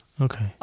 Okay